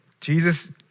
Jesus